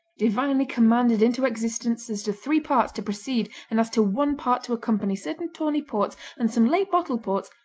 divinely commanded into existence as to three parts to precede and as to one part to accompany certain tawny ports and some late-bottled ports,